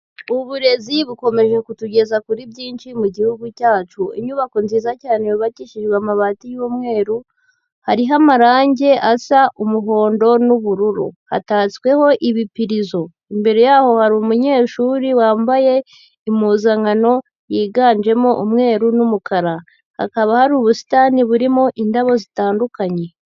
Uburezi bukomeje kutugeza kuri byinshi mu gihugu cyacu. Inyubako nziza cyane yubakishijwe amabati y'umweru, hariho amarangi asa umuhondo n'ubururu. Hatatsweho ibipirizo. Imbere yaho hari umunyeshuri wambaye impuzankano yiganjemo umweru n'umukara. Hakaba hari ubusitani burimo indabo zitandukanye.